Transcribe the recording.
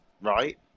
right